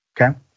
Okay